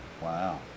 Wow